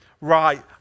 right